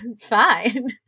fine